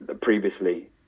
previously